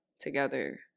together